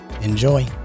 enjoy